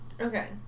Okay